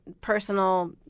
personal